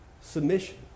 submission